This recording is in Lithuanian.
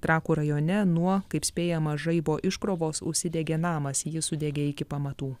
trakų rajone nuo kaip spėjama žaibo iškrovos užsidegė namas jis sudegė iki pamatų